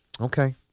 Okay